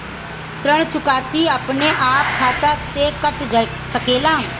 ऋण चुकौती अपने आप खाता से कट सकेला?